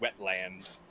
wetland